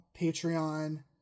Patreon